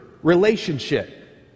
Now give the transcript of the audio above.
relationship